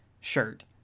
shirt